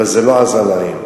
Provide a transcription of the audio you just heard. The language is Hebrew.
אבל זה לא עזר להם.